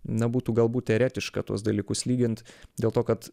na būtų galbūt eretiška tuos dalykus lygint dėl to kad